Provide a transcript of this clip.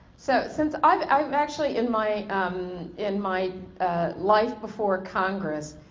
so since i've i've actually in my um in my life before congress,